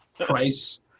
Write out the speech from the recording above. Price